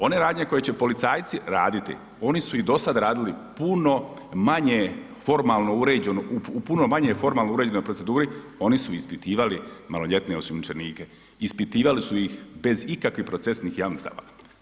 One radnje koje će policajci radi, oni su i do sada radili puno manje formalno uređeno, u puno manje formalno uređenoj proceduri oni su ispitivali maloljetne osumnjičenike, ispitivali su ih bez ikakvih procesnih jamstava.